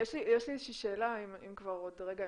אגב, יש לי שאלה, אם כבר עוד רגע המשכנו.